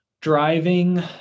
driving